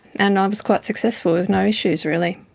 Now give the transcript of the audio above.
and i was quite successful with no issues really.